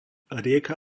rieka